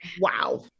Wow